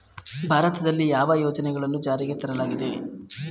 ಭಾರತದಲ್ಲಿ ಯಾವ ಯೋಜನೆಗಳನ್ನು ಜಾರಿಗೆ ತರಲಾಗಿದೆ?